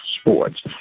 Sports